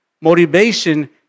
motivation